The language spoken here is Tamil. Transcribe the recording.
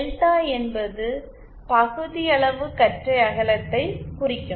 டெல்டா என்பது பகுதியளவு கற்றை அகலத்தை குறிக்கும்